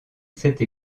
cette